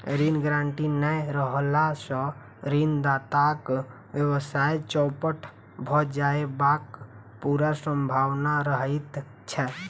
ऋण गारंटी नै रहला सॅ ऋणदाताक व्यवसाय चौपट भ जयबाक पूरा सम्भावना रहैत छै